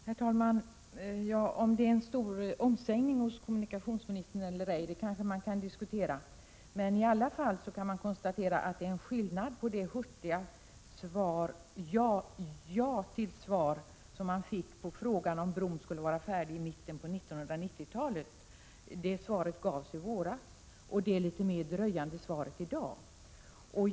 Herr talman! Om det är fråga om en stor omsvängning hos kommunikationsministern eller ej kan man kanske diskutera, men man kan i varje fall konstatera att det är en skillnad på det hurtiga ”ja” som man fick till svar på frågan om bron skulle vara färdig i mitten på 1990-talet — det svaret gavs i våras — och det litet mer dröjande svaret i dag.